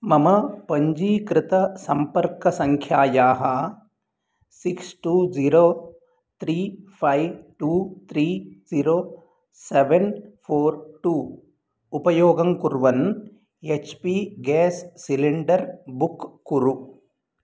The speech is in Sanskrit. मम पञ्जीकृतसम्पर्कसङ्ख्यायाः six two zero three five two three zero seven four two उपयोगं कुर्वन् H P gas cylinder book कुरु